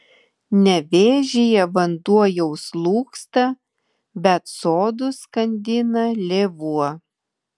nevėžyje vanduo jau slūgsta bet sodus skandina lėvuo